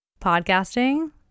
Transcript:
podcasting